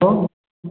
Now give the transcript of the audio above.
hello